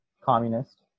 Communist